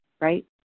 right